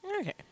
Okay